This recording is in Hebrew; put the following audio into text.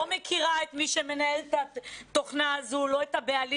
לא מכירה את מי שמנהל את התוכנה הזו ולא את הבעלים.